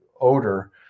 odor